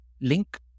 link